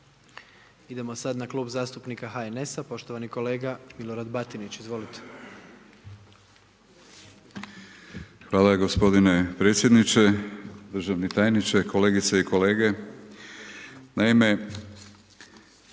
Idemo sad na Klub zastupnika HNS-a. Poštovani kolega Milorad Batinić, izvolite. **Batinić, Milorad (HNS)** Hvala gospodine predsjedniče. Državni tajniče, kolegice i kolege. Naime,